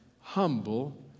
humble